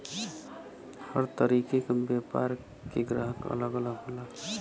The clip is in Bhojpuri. हर तरीके क व्यापार के ग्राहक अलग अलग होला